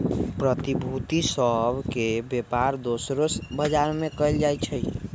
प्रतिभूति सभ के बेपार दोसरो बजार में कएल जाइ छइ